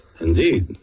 Indeed